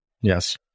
Yes